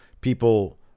people